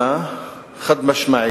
אסטרטגית.